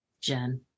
Jen